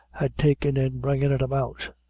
had taken in bringing it about.